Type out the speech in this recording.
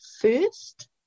first